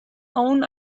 own